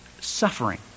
suffering